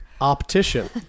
Optician